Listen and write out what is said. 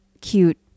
cute